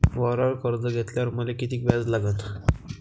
वावरावर कर्ज घेतल्यावर मले कितीक व्याज लागन?